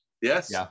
Yes